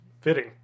fitting